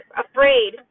afraid